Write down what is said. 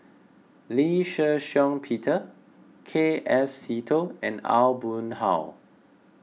Lee Shih Shiong Peter K F Seetoh and Aw Boon Haw